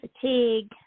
fatigue